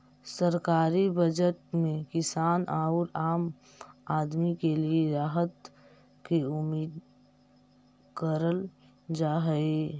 सरकारी बजट में किसान औउर आम आदमी के लिए राहत के उम्मीद करल जा हई